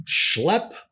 schlep